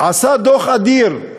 עשה דוח אדיר,